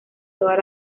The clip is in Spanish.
todas